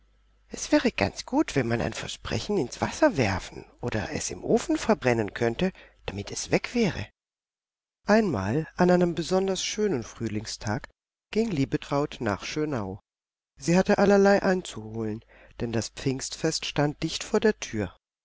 es wäre ganz gut wenn man ein versprechen ins wasser werfen oder es im ofen verbrennen könnte damit es weg wäre einmal an einem besonders schönen frühlingstag ging liebetraut nach schönau sie hatte allerlei einzuholen denn das pfingstfest stand dicht vor der tür